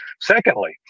Secondly